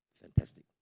Fantastic